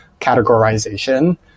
categorization